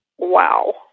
Wow